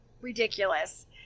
ridiculous